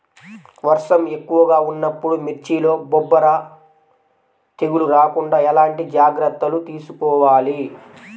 వర్షం ఎక్కువగా ఉన్నప్పుడు మిర్చిలో బొబ్బర తెగులు రాకుండా ఎలాంటి జాగ్రత్తలు తీసుకోవాలి?